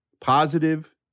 positive